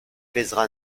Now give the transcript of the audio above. pèsera